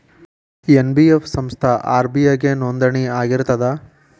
NBF ಸಂಸ್ಥಾ RBI ಗೆ ನೋಂದಣಿ ಆಗಿರ್ತದಾ?